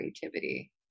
creativity